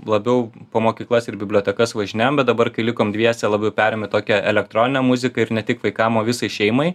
labiau po mokyklas ir bibliotekas važinėjom bet dabar kai likom dviese labiau perėjom į tokią elektroninę muziką ir ne tik vaikam o visai šeimai